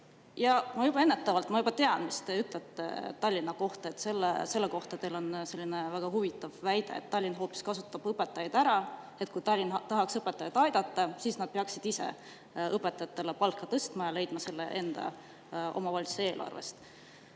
Ennetavalt ütlen, et ma juba tean, mis te ütlete Tallinna kohta. Teil on selline väga huvitav väide, et Tallinn hoopis kasutab õpetajaid ära, et kui Tallinn tahaks õpetajaid aidata, siis ta peaks ise õpetajate palka tõstma ja leidma selle raha enda, omavalitsuse eelarvest.